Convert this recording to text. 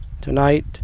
tonight